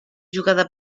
jugada